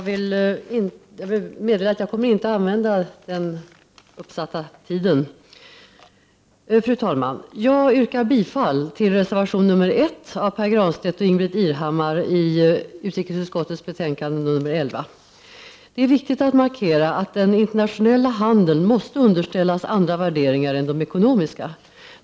Fru talman! Jag kommer inte att använda hela den angivna taletiden. Jag yrkar bifall till reservation 1 av Pär Granstedt och Ingbritt Irhammar i utrikesutskottets betänkande 11. Det är viktigt att markera att den internationella handeln måste underställas andra värderingar än de ekonomiska.